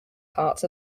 parts